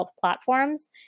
platforms